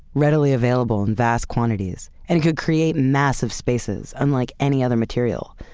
readily available in vast quantities and could create massive spaces unlike any other material.